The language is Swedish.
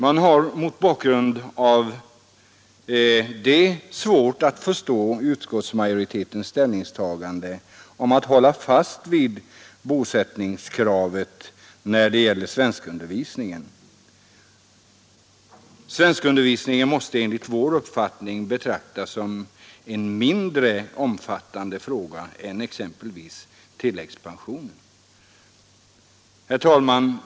Man har mot bakgrund härav svårt att förstå utskottsmajoritetens ställningstagande att hålla fast vid bosättningskravet när det gäller svenskundervisningen, som enligt vår uppfattning måste betraktas som en mindre omfattande fråga än exempelvis tilläggspensionen. Herr talman!